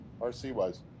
RC-wise